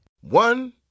One